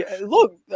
Look